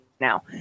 now